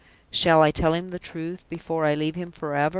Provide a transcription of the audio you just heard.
shall i tell him the truth before i leave him forever?